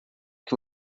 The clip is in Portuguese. que